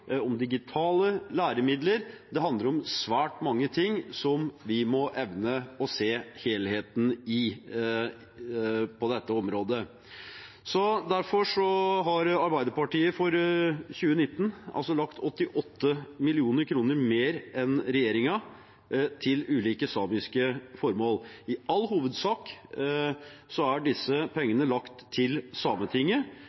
om digitale læremidler – det handler om svært mange ting som vi må evne å se helheten i på dette området. Derfor har Arbeiderpartiet for 2019 lagt inn 88 mill. kr mer enn regjeringen til ulike samiske formål. I all hovedsak er disse